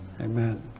amen